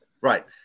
right